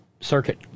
Circuit